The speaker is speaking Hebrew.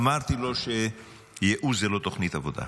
אמרתי לו שייאוש זה לא תוכנית עבודה.